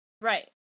right